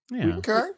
Okay